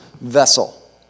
vessel